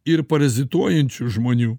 ir parazituojančių žmonių